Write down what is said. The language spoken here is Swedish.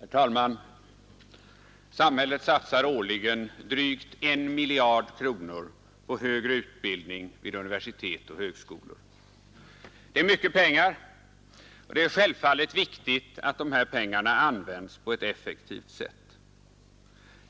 Herr talman! Samhället satsar årligen drygt 1 miljard kronor på högre utbildning vid universitet och högskolor. Det är mycket pengar, och det är självfallet viktigt att de används på ett effektivt sätt.